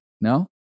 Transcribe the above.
no